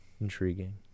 intriguing